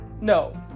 No